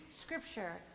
scripture